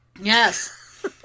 Yes